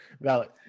Valid